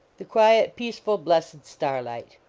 the quiet, peaceful, blessed star light.